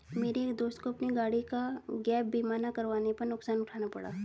मेरे एक दोस्त को अपनी गाड़ी का गैप बीमा ना करवाने पर नुकसान उठाना पड़ा